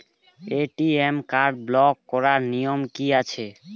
ATM card block করার নিয়ম কি আছে?